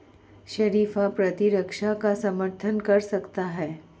शरीफा प्रतिरक्षा का समर्थन कर सकता है